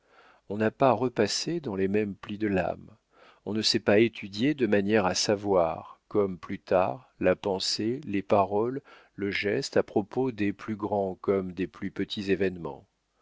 on n'a pas repassé dans les mêmes plis de l'âme on ne s'est pas étudié de manière à savoir comme plus tard la pensée les paroles le geste à propos des plus grands comme des plus petits événements